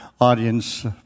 audience